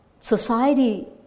society